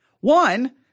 One